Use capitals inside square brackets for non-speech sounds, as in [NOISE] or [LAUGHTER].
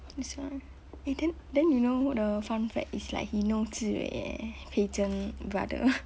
this one eh then then you know the fun fact is like he know zhi wei eh pei zhen brother [LAUGHS]